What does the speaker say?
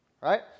Right